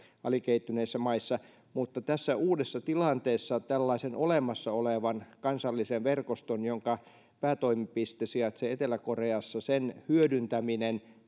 alikehittyneissä maissa mutta tässä uudessa tilanteessa tässä pandemiatilanteessa tällaisen olemassa olevan kansallisen verkoston jonka päätoimipiste sijaitsee etelä koreassa hyödyntäminen